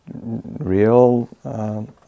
real